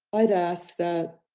i'd ask that